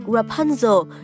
Rapunzel